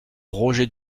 roger